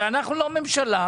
אנחנו לא ממשלה,